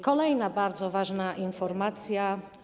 Kolejna bardzo ważna informacja.